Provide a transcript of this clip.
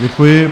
Děkuji.